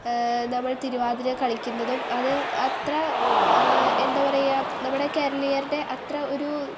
നമ്മൾ തിരുവാതിര കളിക്കുന്നതും അത് അത്ര എന്താ പറയുക നമ്മുടെ കേരളീയരുടെ അത്ര ഒരു